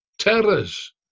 Terrors